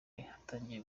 yatangiye